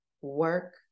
work